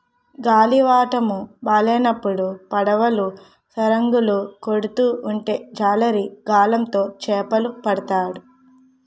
గాలివాటము బాలేనప్పుడు పడవలు సరంగులు కొడుతూ ఉంటే జాలరి గాలం తో చేపలు పడతాడు